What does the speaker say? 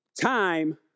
Time